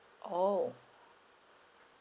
orh